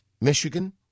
Michigan